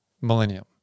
millennium